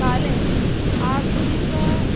काले आधुनिके